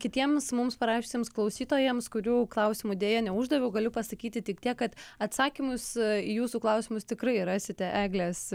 kitiems mums parašiusiems klausytojams kurių klausimų deja neuždaviau galiu pasakyti tik tiek kad atsakymus į jūsų klausimus tikrai rasite eglės